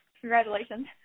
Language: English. Congratulations